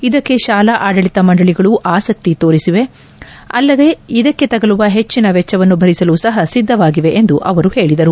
ಇದಕ್ಕೆ ಶಾಲಾ ಆಡಳಿತ ಮಂಡಳಿಗಳು ಆಸಕ್ತಿ ತೋರಿವೆ ಅಲ್ಲದೇ ಇದಕ್ಕೆ ತಗಲುವ ಹೆಚ್ಚಿನ ವೆಚ್ಚವನ್ನು ಭರಿಸಲು ಸಹ ಸಿದ್ದವಾಗಿವೆ ಎಂದರು ಅವರು ಹೇಳಿದರು